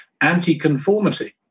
anti-conformity